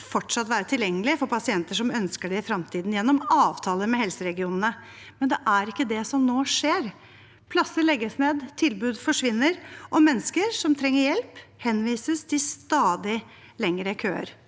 fortsatt være tilgjengelige for pasienter som ønsker det i fremtiden, gjennom avtaler med helseregionene. Det er likevel ikke det som skjer nå. Plasser legges ned, tilbud forsvinner, og mennesker som trenger hjelp, henvises til stadig lengre køer.